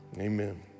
Amen